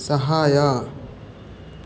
ಸಹಾಯ